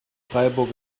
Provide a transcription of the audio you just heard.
freiburg